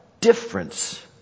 difference